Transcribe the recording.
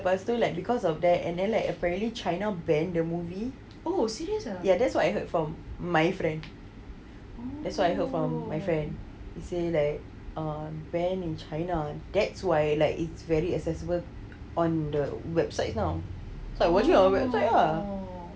lepas tu like because of that apparently china ban the movie that's what I heard from my friend that's what I heard from my friend they say like err ban in china that's why like it's very accessible on the website lah so I watch it on website lah